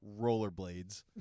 rollerblades